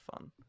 fun